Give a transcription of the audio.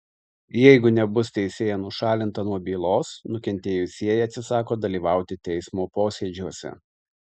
jeigu nebus teisėja nušalinta nuo bylos nukentėjusieji atsisako dalyvauti teismo posėdžiuose